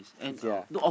yea